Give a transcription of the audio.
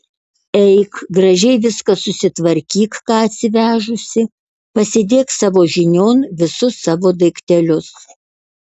eik gražiai viską susitvarkyk ką atsivežusi pasidėk savo žinion visus savo daiktelius